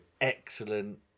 excellent